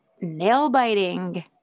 nail-biting